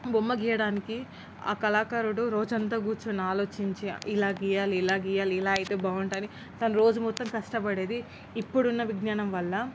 బొమ్మ గీయడానికి ఆ కళాకారుడు రోజంతా కూర్చుని ఆలోచించి ఇలా గీయాలి ఇలా గీయాలి ఇలా అయితే బాగుంటుంది తన రోజు మొత్తం కష్టపడేది ఇప్పుడున్న విజ్ఞానం వల్ల